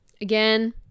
again